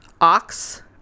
Ox